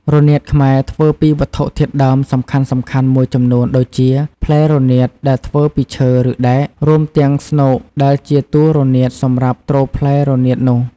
រនាតខ្មែរធ្វើពីវត្ថុធាតុដើមសំខាន់ៗមួយចំនួនដូចជា ផ្លែរនាតដែលធ្វើពីឈើឬដែក រួមទាំងស្នូកដែលជាតួរនាតសម្រាប់ទ្រផ្លែរនាតនោះ។